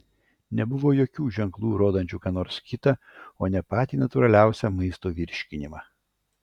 nebuvo jokių ženklų rodančių ką nors kitą o ne patį natūraliausią maisto virškinimą